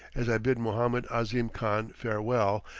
as i bid mohammed ahzim khan farewell,